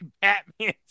Batman